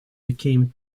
became